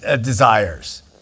desires